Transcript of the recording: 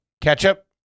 Ketchup